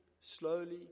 slowly